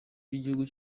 by’igihugu